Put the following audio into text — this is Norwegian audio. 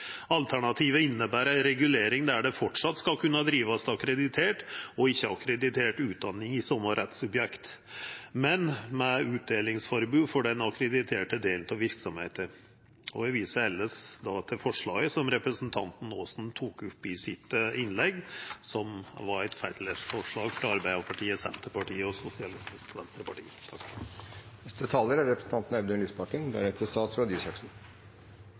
Alternativet inneber ei regulering der det framleis skal kunna drivast akkreditert og ikkje akkreditert utdanning i same rettssubjekt, men med utdelingsforbod for den akkrediterte delen av verksemda. Eg viser elles til dei to forslaga som representanten Aasen tok opp i sitt innlegg, som er felles forslag frå Arbeidarpartiet, Senterpartiet og Sosialistisk